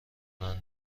خوردن